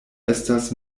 estas